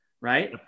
right